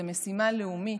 זו משימה לאומית.